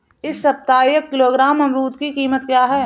इस सप्ताह एक किलोग्राम अमरूद की कीमत क्या है?